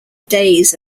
days